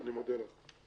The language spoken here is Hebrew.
אני מודה לך.